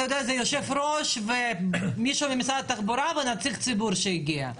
זה יושב-ראש ומישהו ממשרד התחבורה ונציג ציבור שהגיע.